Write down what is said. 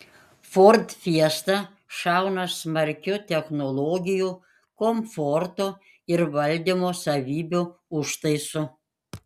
ford fiesta šauna smarkiu technologijų komforto ir valdymo savybių užtaisu